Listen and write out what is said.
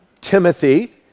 Timothy